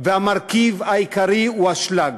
והמרכיב העיקרי הוא אשלג.